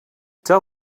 tell